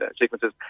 sequences